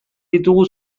ditugu